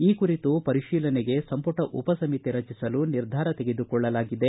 ಈ ಕುರಿತು ಪರಿಶೀಲನೆಗೆ ಸಂಪುಟ ಉಪಸಮಿತಿ ರಚಿಸಲು ನಿರ್ಧಾರ ತೆಗೆದುಕೊಳ್ಳಲಾಗಿದೆ